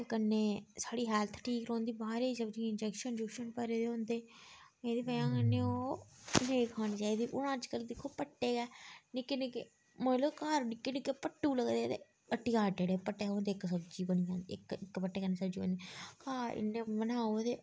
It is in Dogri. ते कन्नै साढ़ी हैल्थ ठीक रौंह्दी बाह्रै सब्जियें इंजैक्शन उजंक्शन भरे दे होंदे एह्दी बजह कन्नै ओह् नेईं खानी चाहिदी हून अज्जकल दिक्खो भट्ठे गै निक्के निक्के मतलब घर निक्के निक्के भट्ठू लगदे ते हट्टियां एह्डे एह़्डे भट्ठे थ्होंदे इक सब्जी बनी दी इक इक भट्ठे कन्नै सब्जी बनी दी घर इ'यां बनाओ ते